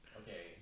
Okay